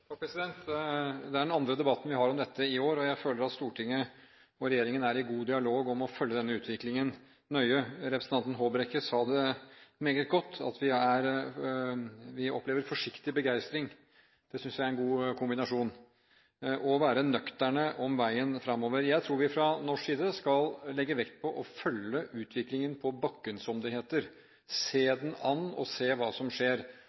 å følge denne utviklingen nøye. Representanten Håbrekke sa det meget godt, at vi opplever forsiktig begeistring. Det synes jeg er en god kombinasjon – å være nøkterne om veien fremover. Jeg tror vi fra norsk side skal legge vekt på å følge utviklingen på bakken, som det heter, se den an og se hva som skjer.